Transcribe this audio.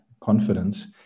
confidence